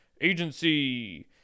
Agency